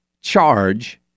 charge